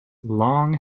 long